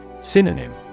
Synonym